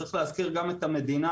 צריך להזכיר גם את המדינה.